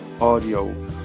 audio